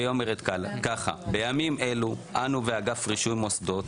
והיא אומרת כך: בימים אלה אנו ואגף רישום מוסדות